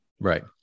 right